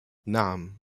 نعم